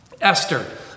Esther